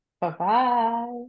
Bye-bye